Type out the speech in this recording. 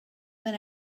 when